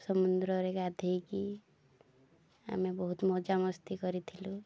ସମୁଦ୍ରରେ ଗାଧେଇକି ଆମେ ବହୁତ ମଜାମସ୍ତି କରିଥିଲୁ